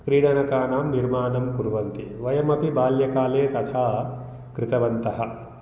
क्रीडकानां निर्माणं कुर्वन्ति वयमपि बाल्यकाले तथा कृतवन्तः